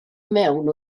mewn